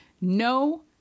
No